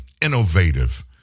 innovative